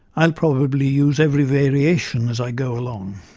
i'll probably use every variation as i go along.